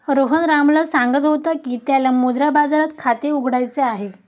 सोहन रामूला सांगत होता की त्याला मुद्रा बाजारात खाते उघडायचे आहे